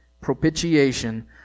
propitiation